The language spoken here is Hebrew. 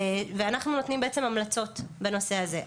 ואנחנו נותנים המלצות בנושא הזה.